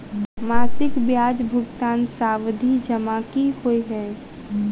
मासिक ब्याज भुगतान सावधि जमा की होइ है?